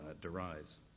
derives